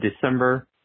December